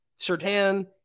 Sertan